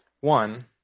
One